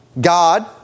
God